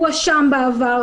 הואשם בעבר